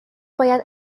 باید